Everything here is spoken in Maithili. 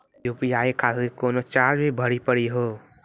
यु.पी.आई खातिर कोनो चार्ज भी भरी पड़ी हो?